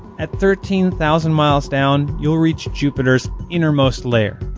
at thirteen thousand miles down, you'll reach jupiter's innermost layer.